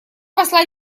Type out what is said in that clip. посла